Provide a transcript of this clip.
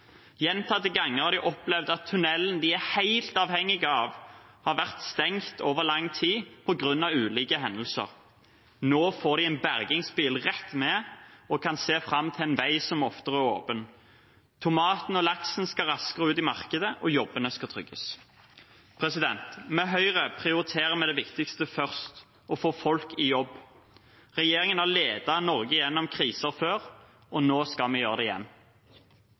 Gjentatte ganger har de opplevd at tunnelen de er helt avhengig av, har vært stengt over lang tid på grunn av ulike hendelser. Nå får de en bergingsbil rett ved og kan se fram til en vei som er oftere åpen. Tomatene og laksen skal raskere ut i markedet, og jobbene skal trygges. I Høyre prioriterer vi det viktigste først: å få folk i jobb. Regjeringen har ledet Norge gjennom kriser før, og nå skal vi gjøre det igjen.